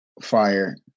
fire